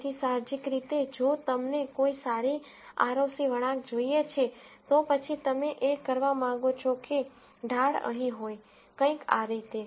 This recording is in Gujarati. તેથી સાહજિક રીતે જો તમને કોઈ સારી આરઓસી વળાંક જોઈએ છે તો પછી તમે એ કરવા માંગો છો કે તે ઢાળ અહીં હોય કંઈક આ રીતે